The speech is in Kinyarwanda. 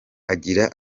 agira